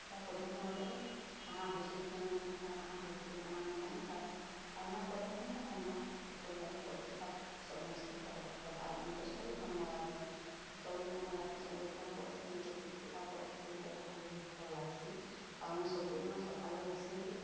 ପତ୍ରିକା ପଢ଼ିଥମା ବୋଇଲେ କାଣା ହଉଚି କେନୁ କେନ୍ତା କାଣା ହେଉଛି କାଣା ଆମେ ଜାନିପାର୍ମା ଆଉ ନା ପଢ଼ିଲେ କେନ୍ତା ଜାନ୍ମା ହେଥିରୁ ଲାଗି ପତ୍ରିକା ସମସ୍ତେ ପଢ଼ବାର୍ କଥା ଆଉ ମୁଁ ତ ସବୁଦିନ ମଗାସି ମୁମୁଁ ସବୁଦିନ ମଗାସି ସବୁଦିନ ପଢିସି ମତେ ପତ୍ରିକା ପଢ଼୍ବାର୍କି ବହୁତ୍ ବହୁତ୍ ଭଲ୍ ଲାଗ୍ସି ଆଉ ମୁଇଁ ସବୁଦିନ ସଖାଲୁ ଉଠ୍ସିଁକି